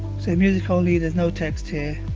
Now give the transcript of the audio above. so music only, there is no text here.